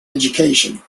education